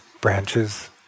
branches